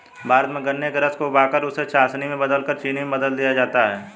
भारत में गन्ने के रस को उबालकर उसे चासनी में बदलकर चीनी में बदल दिया जाता है